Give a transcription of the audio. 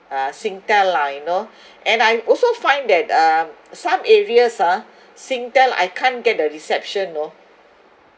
uh singtel lah you know and I also find that uh some areas ah singtel I can't get the reception you know